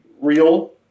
real